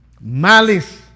malice